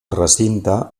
recinte